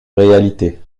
réalité